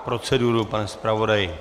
Proceduru, pane zpravodaji.